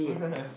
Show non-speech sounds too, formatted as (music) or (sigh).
(laughs)